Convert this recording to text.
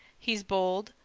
he's bold,